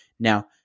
Now